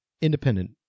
independent